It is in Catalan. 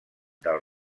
del